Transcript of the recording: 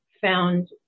found